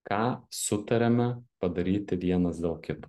ką sutariame padaryti vienas dėl kito